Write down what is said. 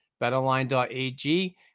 BetOnline.ag